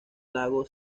lago